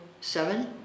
seven